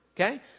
Okay